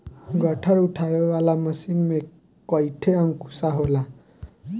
गट्ठर उठावे वाला मशीन में कईठे अंकुशा होला